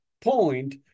point